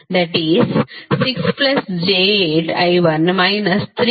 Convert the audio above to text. e